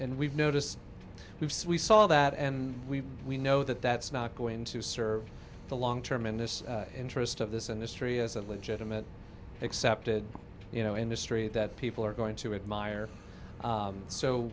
and we've noticed we've swe saw that and we we know that that's not going to serve the long term in this interest of this industry as a legitimate accepted you know industry that people are going to admire